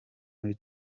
muri